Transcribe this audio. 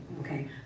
okay